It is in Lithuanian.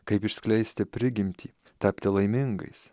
kaip išskleisti prigimtį tapti laimingais